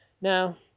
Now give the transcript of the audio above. Now